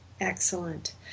Excellent